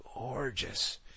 Gorgeous